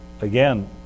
Again